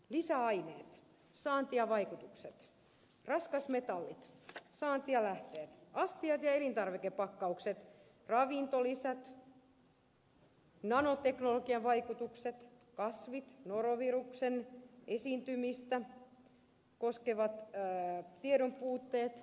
lisäaineet saanti ja vaikutukset raskasmetallit saanti ja lähteet astiat ja elintarvikepakkaukset ravintolisät nanoteknologian vaikutukset kasvit noro viruksen esiintymistä koskevat tiedonpuutteet ja niin edelleen